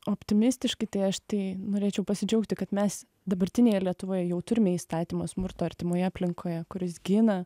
optimistiškai tai aš tai norėčiau pasidžiaugti kad mes dabartinėje lietuvoje jau turime įstatymus smurto artimoje aplinkoje kuris gina